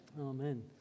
Amen